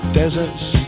deserts